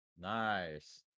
nice